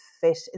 fit